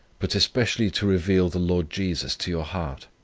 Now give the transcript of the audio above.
but especially to reveal the lord jesus to your heart.